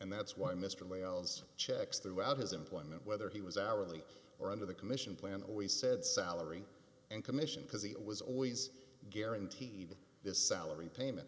and that's why mr lay elves checks throughout his employment whether he was hourly or under the commission plan always said salary and commission because he was always guaranteed this salary payment